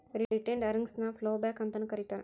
retained earnings ನ ploughback ಅಂತಾನೂ ಕರೇತಾರ